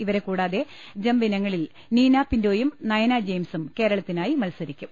ഇവരെ കൂടാതെ ജംപ് ഇനങ്ങളിൽ നീനാ പിന്റോയും നയന ജെയിംസും കേരളത്തിനായി മത്സരിക്കും